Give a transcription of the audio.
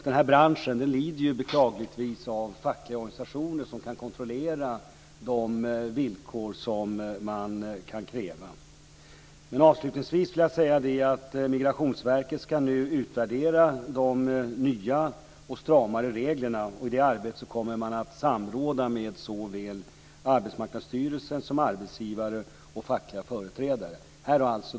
Den här branschen lider beklagligtvis brist på fackliga organisationer som kan kontrollera de villkor som man kan kräva. Avslutningsvis vill jag säga att Migrationsverket nu ska utvärdera de nya och stramare reglerna. I det arbetet kommer man att samråda med såväl Arbetsmarknadsstyrelsen som arbetsgivare och fackliga företrädare.